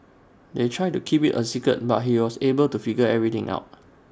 they tried to keep IT A secret but he was able to figure everything out